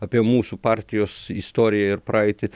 apie mūsų partijos istoriją ir praeitį